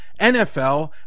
NFL